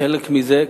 חלק מזה,